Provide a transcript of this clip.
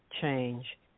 change